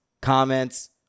comments